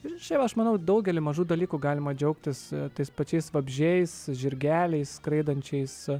ir šiaip aš manau daugelį mažų dalykų galima džiaugtis tais pačiais vabzdžiais žirgeliais skraidančiais